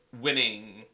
winning